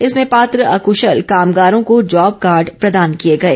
इसमें पात्र अक्शल कामगारों को जॉब कार्ड प्रदान किए गए